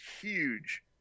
huge